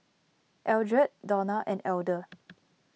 Eldred Dawna and Elder